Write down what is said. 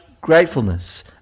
gratefulness